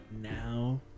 now